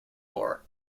lore